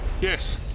Yes